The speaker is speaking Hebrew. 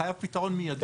חייב פתרון מיידי.